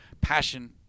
passion